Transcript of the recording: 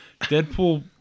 Deadpool